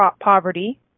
poverty